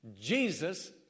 Jesus